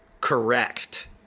correct